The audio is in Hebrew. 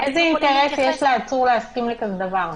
איזה אינטרס יש לעצור להסכים לכזה דבר?